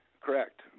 Correct